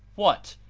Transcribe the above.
what!